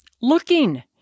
looking